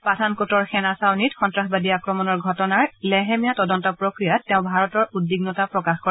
পাঠানকোটৰ সেনা চাউনীত সন্নাসবাদী আক্ৰমণৰ ঘটনাৰ লেহেমীয়া তদন্ত প্ৰক্ৰিয়াত তেওঁ ভাৰতৰ উদ্বিগ্নতা প্ৰকাশ কৰে